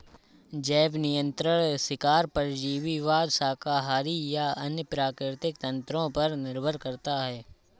जैव नियंत्रण शिकार परजीवीवाद शाकाहारी या अन्य प्राकृतिक तंत्रों पर निर्भर करता है